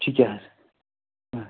چھِ کیٛاہ